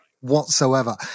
whatsoever